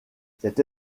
cette